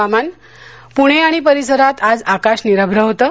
हवामान पुणे आणि परिसरात आज आकाश निरभ्र होतं